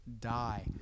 die